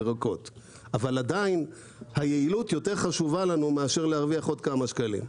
אבל עדיין היעילות יותר חשובה לנו מאשר להרוויח עוד כמה שקלים.